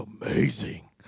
amazing